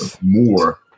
more